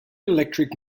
electric